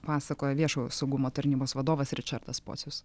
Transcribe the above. pasakojo viešojo saugumo tarnybos vadovas ričardas pocius